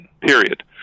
period